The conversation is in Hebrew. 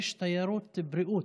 בירדן יש תיירות בריאות,